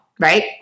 right